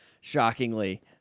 shockingly